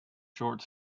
short